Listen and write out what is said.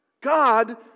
God